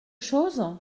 chose